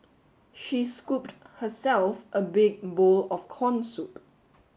she scooped herself a big bowl of corn soup